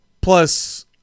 Plus